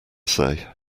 say